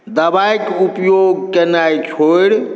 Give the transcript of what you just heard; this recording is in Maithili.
दवाइके उपयोग केनाइ छोड़ि